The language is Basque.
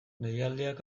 deialdiak